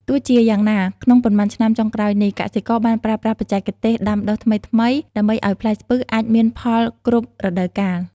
ទោះជាយ៉ាងណា ក្នុងប៉ុន្មានឆ្នាំចុងក្រោយនេះ កសិករបានប្រើប្រាស់បច្ចេកទេសដាំដុះថ្មីៗដើម្បីឱ្យផ្លែស្ពឺអាចមានផលគ្រប់រដូវកាល។